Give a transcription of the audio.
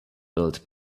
built